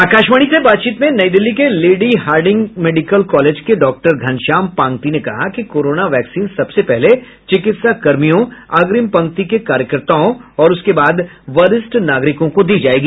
आकाशवाणी से बातचीत में नई दिल्ली के लेडी हार्डिंग मेडिकल कॉलेज के डॉक्टर घनश्याम पांगती ने कहा कि कोरोना वैक्सीन सबसे पहले चिकित्साकर्मियों अग्रिम पंक्ति के कार्यकर्ताओं और उसके बाद वरिष्ठ नागरिकों को दी जाएगी